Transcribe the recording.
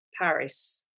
paris